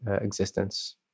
existence